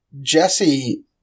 Jesse